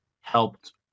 helped